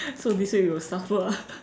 so this week we will suffer ah